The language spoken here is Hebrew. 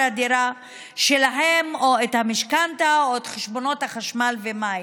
הדירה שלהם או את המשכנתה או את חשבונות החשמל והמים.